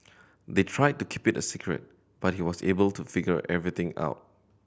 they tried to keep it a secret but he was able to figure everything out